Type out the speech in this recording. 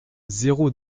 zéro